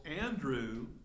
Andrew